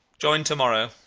join to-morrow